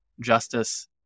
justice